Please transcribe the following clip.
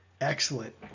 Excellent